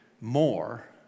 more